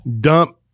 dump